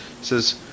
says